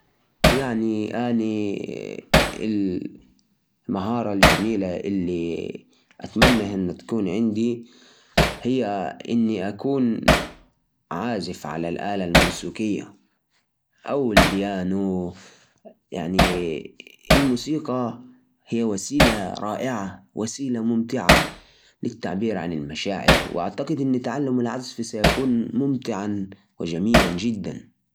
المهارة التي أتمناها هي تعلم اللغة الإنجليزية بطلاقة. ليش؟ لأن اللغة تفتح لي أبواب كثيرة للتواصل مع الناس من مختلف الثقافات، وتساعدني في تطوير مهاراتي المهنية، وكمان تعزز من فرص العمل والسفر، وتخلي تجربة التعلم أكثر ثراء ومتعه.